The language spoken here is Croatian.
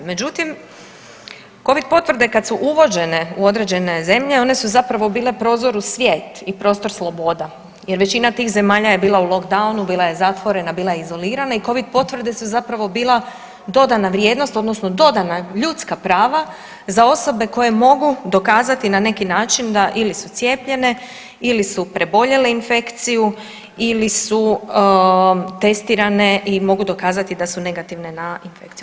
Međutim, Covid potvrde kad su uvođene u određene zemlje, one su zapravo bile prozor u svijet i prostor sloboda jer većina tih zemalja je bila u lockdownu, bila je zatvorena, bila je izolirana i Covid potvrde su zapravo bila dodana vrijednost, odnosno dodana ljudska prava za osobe koje mogu dokazati, na neki način da, ili su cijepljene ili su preboljele infekciju ili su testirane i mogu dokazati da su negativne na infekciju.